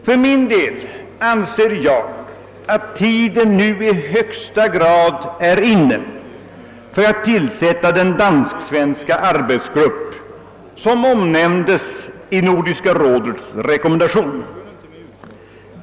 För min del anser jag att tiden nu i högsta grad är inne för att tillsätta den dansk-svenska arbetsgrupp som omnämnts i Nordiska rådets rekommendation.